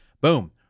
boom